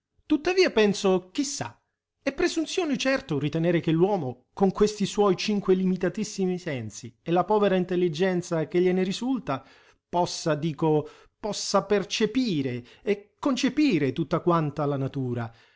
tuttavia penso chi sa è presunzione certo ritenere che l'uomo con questi suoi cinque limitatissimi sensi e la povera intelligenza che gliene risulta possa dico possa percepire e concepire tutta quanta la natura